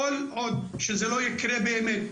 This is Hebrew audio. כל עוד שזה לא יקרה באמת,